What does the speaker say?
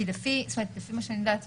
כי לפי מה שאני יודעת,